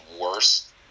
worse